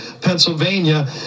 Pennsylvania